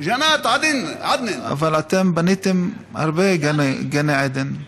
אבל אתם בניתם הרבה גני עדן.